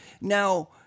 Now